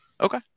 Okay